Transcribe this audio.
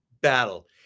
battle